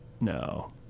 No